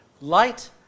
Light